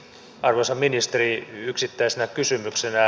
arvoisa ministeri yksittäisenä kysymyksenä